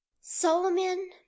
solomon